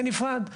זה נפרד.